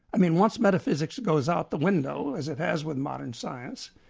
i mean once metaphysics goes out the window, as it has with modern science,